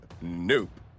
Nope